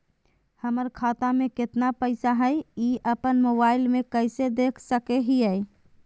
हमर खाता में केतना पैसा हई, ई अपन मोबाईल में कैसे देख सके हियई?